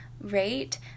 rate